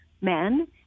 men